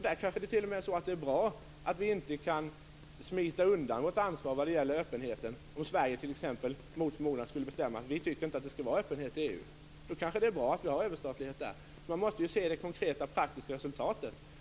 Där kanske det t.o.m. är bra att vi inte kan smita undan vårt ansvar när det gäller öppenheten, om Sverige t.ex. mot förmodan skulle bestämma sig för att man inte tycker att det skall vara öppenhet i EU. Då kanske det är bra att vi har överstatlighet. Man måste ju se det konkreta och praktiska resultatet.